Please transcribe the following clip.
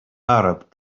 arab